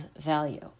value